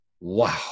wow